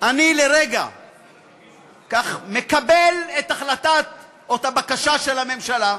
אני לרגע מקבל את ההחלטה או הבקשה של הממשלה,